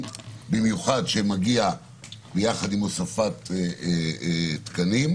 במיוחד כשזה מגיע יחד עם הוספת תקנים.